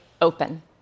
open